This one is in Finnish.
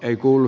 ei kuulu